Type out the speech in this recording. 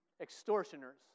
extortioners